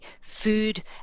food